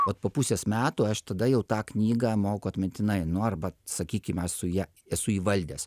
vat po pusės metų aš tada jau tą knygą moku atmintinai nu arba sakykim esu ją esu įvaldęs